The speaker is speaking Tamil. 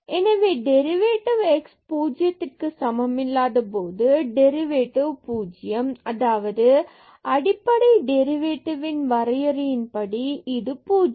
எனவே டெரிவேடிவ் x 0 க்கு சமமில்லாத போது டெரிவேடிவ் 0 அதாவது அடிப்படை டெரிவேடிவ் ன் வரையறையின் படி 0